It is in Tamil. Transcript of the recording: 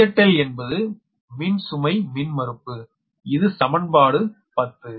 ZLஎன்பது மின் சுமை மின்மறுப்பு இது சமன்பாடு 10